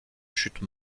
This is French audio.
chute